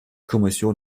kommission